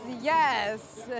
yes